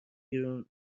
بیرون